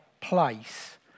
place